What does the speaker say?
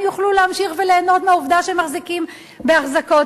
הם יוכלו להמשיך וליהנות מהעובדה שהם מחזיקים באחזקות